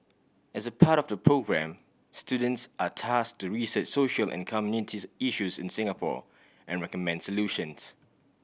as a part of the programme students are tasked to research social and community issues in Singapore and recommend solutions